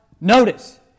notice